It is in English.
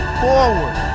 forward